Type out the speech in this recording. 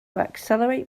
accelerate